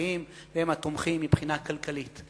נתמכים והם התומכים מבחינה כלכלית,